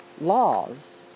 laws